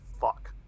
fuck